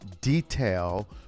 detail